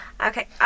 Okay